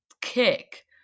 kick